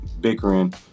bickering